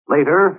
Later